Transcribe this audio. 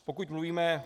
Pokud mluvíme...